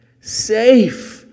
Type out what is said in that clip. safe